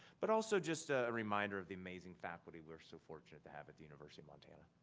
but also just a reminder of the amazing faculty we're so fortunate to have at the university of montana.